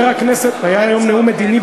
היום היה נאום מדיני?